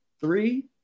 Three